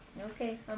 Okay